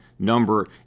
number